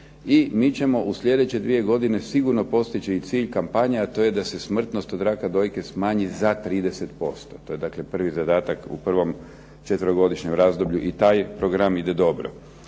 i mi ćemo u sljedeće 2 godine sigurno postići i cilj kampanje, a to je da se smrtnost od raka dojke smanji za 30%. To je dakle prvi zadatak u prvom četverogodišnjem razdoblju i taj program ide dobro.